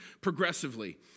progressively